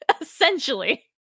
Essentially